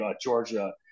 Georgia